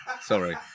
Sorry